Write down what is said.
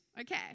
Okay